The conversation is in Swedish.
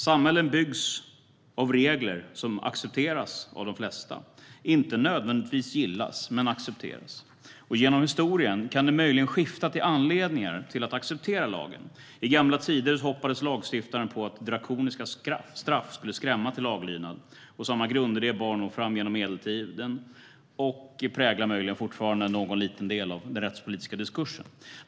Samhällen byggs av regler som accepteras av de flesta - inte nödvändigtvis gillas, men accepteras. Genom historien kan anledningarna till att acceptera lagen ha skiftat. I gamla tider hoppades lagstiftaren på att drakoniska straff skulle skrämma till laglydnad, och samma grundidé bar nog fram genom medeltiden och präglar möjligen fortfarande någon liten del av den rättspolitiska diskursen.